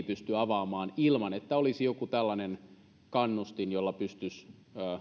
pysty avaamaan ilman että olisi joku tällainen kannustin jolla pystyisi